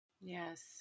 Yes